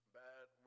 bad